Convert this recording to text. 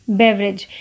beverage